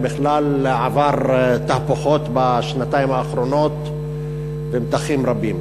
בכלל עבר תהפוכות בשנתיים האחרונות ומתחים רבים.